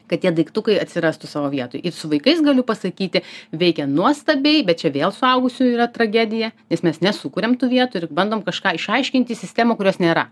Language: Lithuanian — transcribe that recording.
kad tie daiktukai atsirastų savo vietoj su vaikais galiu pasakyti veikia nuostabiai bet čia vėl suaugusiųjų yra tragedija nes mes nesukuriam tų vietų ir bandom kažką išaiškinti sistemą kurios nėra